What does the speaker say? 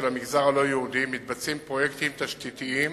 המגזר הלא-יהודי מתבצעים פרויקטים תשתיתיים